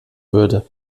würde